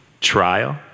Trial